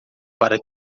para